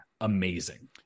amazing